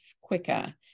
quicker